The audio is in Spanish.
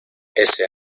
ese